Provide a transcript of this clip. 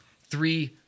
three